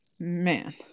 Man